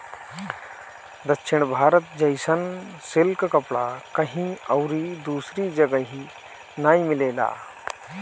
दक्षिण भारत जइसन सिल्क कपड़ा कहीं अउरी दूसरा जगही नाइ मिलेला